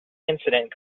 incident